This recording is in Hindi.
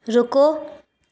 रुको